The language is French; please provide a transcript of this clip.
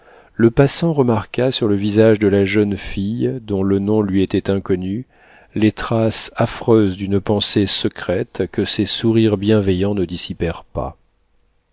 le passant remarqua sur le visage de la jeune fille dont le nom lui était inconnu les traces affreuses d'une pensée secrète que ses sourires bienveillants ne dissipèrent pas